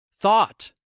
Thought